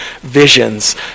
visions